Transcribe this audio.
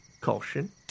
caution